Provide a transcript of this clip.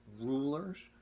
rulers